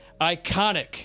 ICONIC